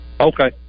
Okay